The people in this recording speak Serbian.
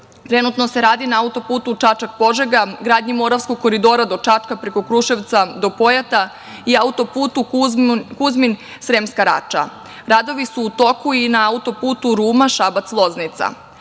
se radi na auto-putu Čačak - Požega, gradnji moravskog koridora do Čačka preko Kruševca do Pojata i auto-putu Kuzmin - Sremska Rača. Radovi su u toku i na auto-putu Ruma - Šabac